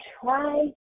try